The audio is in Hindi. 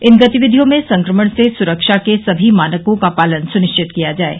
इन गतिविधियों में संक्रमण से सुरक्षा के सभी मानकों का पालन सुनिश्चित किया जाये